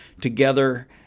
together